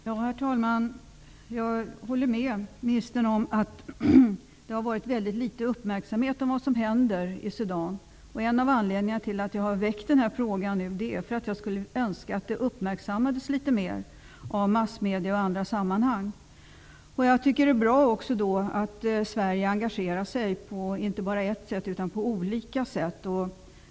Herr talman! Jag håller med ministern om att det har varit väldigt litet uppmärksamhet kring det som händer i Sudan. En av anledningarna till att jag väckt frågan är att jag önskade att kriget i Sudan uppmärksammades litet mer av massmedierna och i andra sammanhang. Jag tycker att det är bra att Sverige engagerar sig på inte bara ett sätt utan på olika sätt.